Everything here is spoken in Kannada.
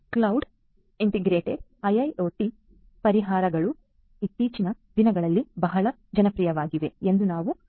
ಆದ್ದರಿಂದ ಈಗ ಕ್ಲೌಡ್ ಇಂಟಿಗ್ರೇಟೆಡ್ ಐಐಒಟಿ ಪರಿಹಾರಗಳು ಇತ್ತೀಚಿನ ದಿನಗಳಲ್ಲಿ ಬಹಳ ಜನಪ್ರಿಯವಾಗಿವೆ ಎಂದು ನಾವು ನೋಡಿದ್ದೇವೆ